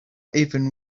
even